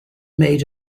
maid